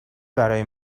برای